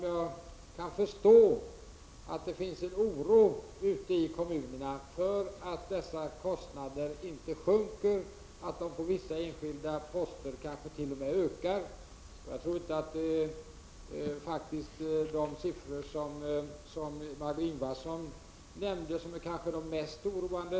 Jag kan förstå att det finns en oro ute i kommunerna för att dessa kostnader inte sjunker, att de på vissa enskilda poster kanske t.o.m. ökar. Men jag tror inte att de siffror som Margö Ingvardsson nämnde är de som kanske är mest oroande.